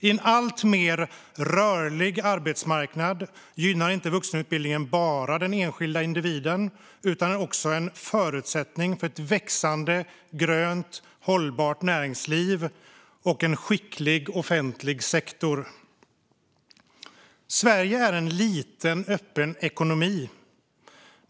På en alltmer rörlig arbetsmarknad gynnar inte vuxenutbildningen bara den enskilda individen utan är också en förutsättning för ett växande grönt, hållbart näringsliv och en skicklig offentlig sektor. Sverige är en liten öppen ekonomi.